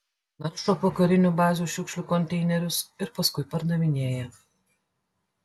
naršo po karinių bazių šiukšlių konteinerius ir paskui pardavinėja